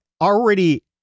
already